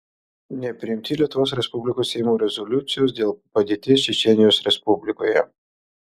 nepriimti lietuvos respublikos seimo rezoliucijos dėl padėties čečėnijos respublikoje